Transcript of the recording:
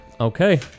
Okay